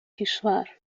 کشور